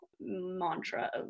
mantra